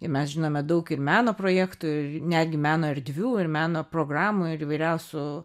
ir mes žinome daug ir meno projektų ir netgi meno erdvių ir meno programų ir įvairiausių